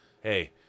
Hey